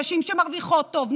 נשים שמרוויחות טוב,